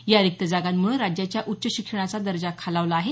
या रिक्त जागांमुळे राज्याच्या उच्च शिक्षणाचा दर्जा खालावला आहे